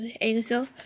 angel